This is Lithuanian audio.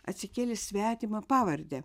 atsikėlė svetima pavarde